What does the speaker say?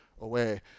away